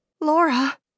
Laura